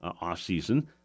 off-season